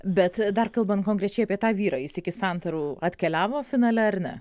bet dar kalbant konkrečiai apie tą vyrą jis iki santarų atkeliavo finale ar ne